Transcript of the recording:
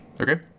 Okay